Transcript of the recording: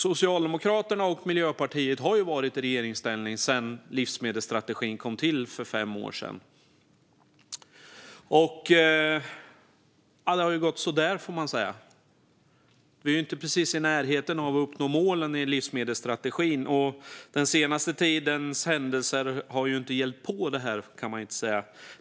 Socialdemokraterna och Miljöpartiet har varit i regeringsställning sedan livsmedelsstrategin kom till för fem år sedan. Det har gått så där, får man säga. Vi är inte precis i närheten av att uppnå målen i livsmedelsstrategin, och den senaste tidens händelser har inte hjälpt till.